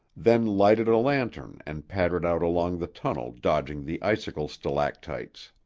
then lighted a lantern and pattered out along the tunnel dodging the icicle stalactites.